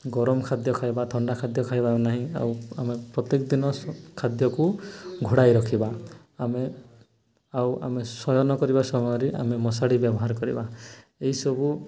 ଗରମ ଖାଦ୍ୟ ଖାଇବା ଥଣ୍ଡା ଖାଦ୍ୟ ଖାଇବା ନାହିଁ ଆଉ ଆମେ ପ୍ରତ୍ୟେକ ଦିନ ଖାଦ୍ୟକୁ ଘୋଡ଼ାଇ ରଖିବା ଆମେ ଆଉ ଆମେ ଶୟନ କରିବା ସମୟରେ ଆମେ ମଶାଡ଼ି ବ୍ୟବହାର କରିବା ଏହିସବୁ